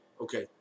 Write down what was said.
Okay